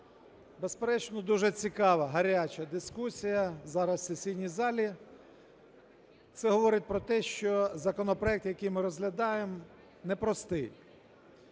безперечно, дуже цікава, гаряча дискусія зараз в сесійній залі. Це говорить про те, що законопроект, який ми розглядаємо, непростий.